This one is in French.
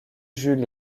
jules